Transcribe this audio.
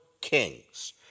kings